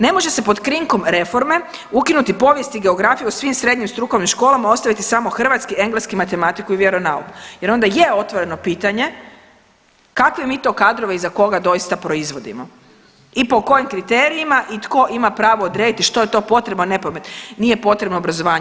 Ne može se pod krinkom reforme ukinuti povijest i geografiju u svim srednjim strukovnim školama, ostaviti samo Hrvatski, engleski, matematiku i vjeronauk jer onda je otvoreno pitanje kakve mi to kadrove i za koga doista proizvodimo i po kojim kriterijima i tko ima pravo odrediti što je to potrebno, nije potrebno obrazovanju.